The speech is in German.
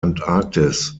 antarktis